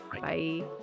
Bye